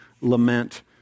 lament